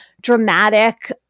dramatic